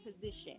position